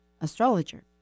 astrologer